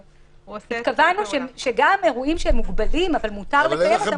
קבענו שגם אירועים שהם מוגבלים ומותר לקיים אותם,